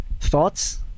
thoughts